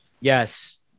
Yes